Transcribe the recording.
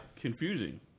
Confusing